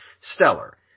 stellar